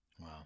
Wow